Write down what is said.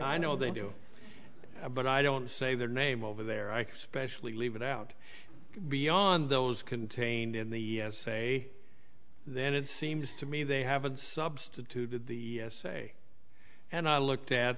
i know they do but i don't say their name over there i specially leave it out beyond those contained in the essay then it seems to me they haven't substituted the essay and i looked at